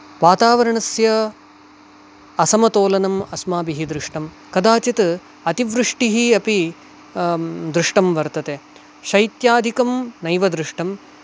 वातावरणस्य असमतोलनम् अस्माभिः दृष्टम् कदाचित् अतिवृष्टिः अपि दृष्टं वर्तते शैत्यादिकं नैव दृष्टम्